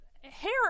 Hair